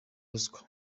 ruswa